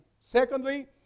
Secondly